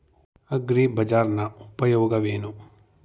ಅಗ್ರಿಬಜಾರ್ ನ ಉಪಯೋಗವೇನು?